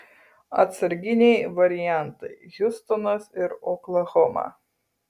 atsarginiai variantai hiūstonas ir oklahoma